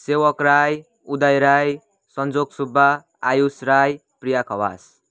Sevak Rai Uday Rai Sanjok Subba Ayush Rai Priya Khawas